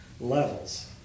levels